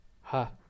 ha